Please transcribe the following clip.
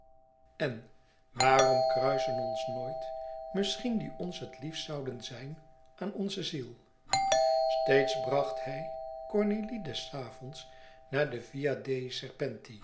en waarom kruisen ons nooit misschien die ons het liefst zouden zijn aan onze ziel steeds bracht hij cornélie des avonds naar de via dei